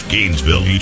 Gainesville